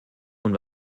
und